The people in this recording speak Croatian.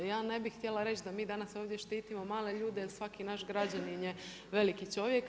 Ja ne bih htjela reći da mi danas ovdje štitimo male ljude, jer svaki naš građanin je veliki čovjek.